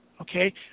Okay